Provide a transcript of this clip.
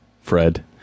Fred